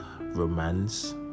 romance